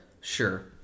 Sure